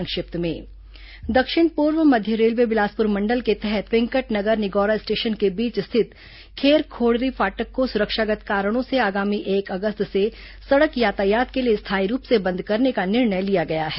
संक्षिप्त समाचार दक्षिण पूर्व मध्य रेलवे बिलासपुर मंडल के तहत वेंकटनगर निगौरा स्टेशन के बीच स्थित खेर खोड़री फाटक को सुरक्षागत् कारणों से आगामी एक अगस्त से सड़क यातायात के लिए स्थायी रूप से बंद करने का निर्णय लिया है